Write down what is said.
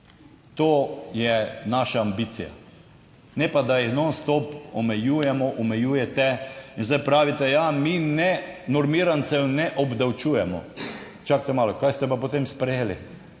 To je naša ambicija, ne pa da jih non stop omejujemo, omejujete. In zdaj pravite, ja, mi ne, normirancev ne obdavčujemo. Čakajte malo, kaj ste pa potem sprejeli?